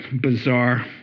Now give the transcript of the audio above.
bizarre